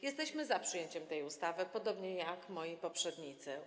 Jesteśmy za przyjęciem tej ustawy, podobnie jak moi poprzednicy.